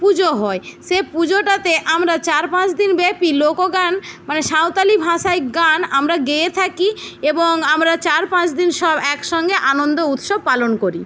পুজো হয় সে পুজোটাতে আমরা চার পাঁচদিন ব্যাপী লোকগান মানে সাঁওতালি ভাষায় গান আমরা গেয়ে থাকি এবং আমরা চার পাঁচদিন সব একসঙ্গে আনন্দ উৎসব পালন করি